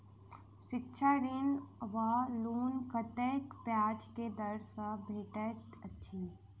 शिक्षा ऋण वा लोन कतेक ब्याज केँ दर सँ भेटैत अछि?